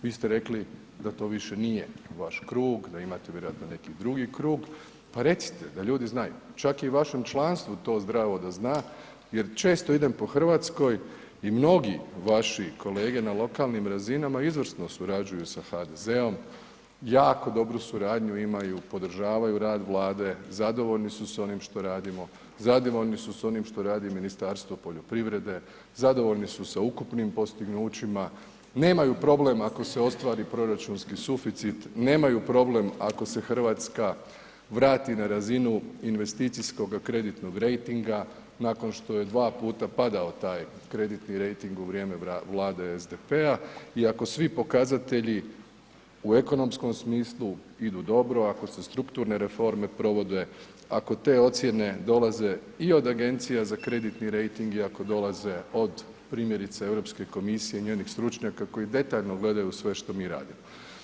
Vi ste rekli da to više nije vaš krug, da imate vjerojatno neki drugi krug, pa recite da ljudi znaju, čak je i u vašem članstvu to zdravo da zna jer često idem po RH i mnogi vaši kolege na lokalnim razinama izvrsno surađuju sa HDZ-om, jako dobru suradnju imaju, podržavaju rad Vlade, zadovoljni su s onim što radimo, zadovoljni su s onim što radi Ministarstvo poljoprivrede, zadovoljni su sa ukupnim postignućima, nemaju problem ako se ostvari proračunski suficit, nemaju problem ako se RH vrati na razinu investicijskoga kreditnog rejtinga nakon što je dva puta padao taj kreditni rejting u vrijeme Vlade SDP-a i ako svi pokazatelji u ekonomskom smislu idu dobro, ako se strukturne reforme provode, ako te ocijene dolaze i od Agencija za kreditni rejting i ako dolaze od primjerice Europske komisije i njenih stručnjaka koji detaljno gledaju sve što mi radimo.